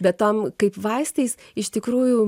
bet tom kaip vaistais iš tikrųjų